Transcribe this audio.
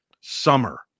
Summer